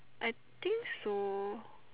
I think so